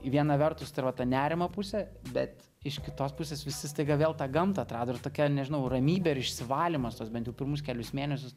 viena vertus tai ir va ta nerimo pusė bet iš kitos pusės visi staiga vėl tą gamtą atrado ir tokia nežinau ramybė ir išsivalymas tuos bent jau pirmus kelis mėnesius